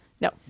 no